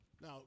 Now